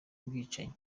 bwicanyi